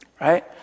right